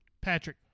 Patrick